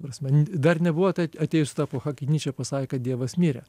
prasme dar nebuvo ta at atėjus ta epocha kai nyčė pasakė kad dievas mirė